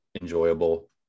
enjoyable